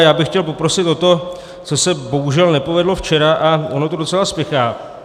Já bych chtěl poprosit o to, co se bohužel nepovedlo včera, a ono to docela spěchá.